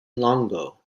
longo